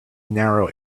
narrow